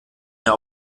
mehr